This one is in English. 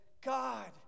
God